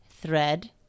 thread